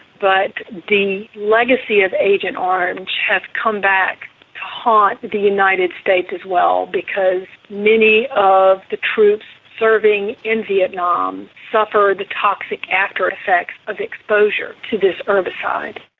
but the legacy of agent orange has come back to haunt the united states as well because many of the troops serving in vietnam suffered toxic after-effects of exposure to this herbicide.